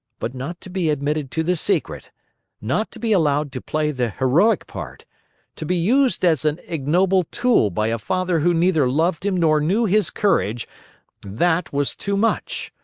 but not to be admitted to the secret not to be allowed to play the heroic part to be used as an ignoble tool by a father who neither loved him nor knew his courage that was too much!